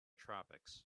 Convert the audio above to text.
tropics